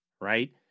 Right